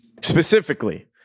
Specifically